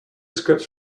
scripts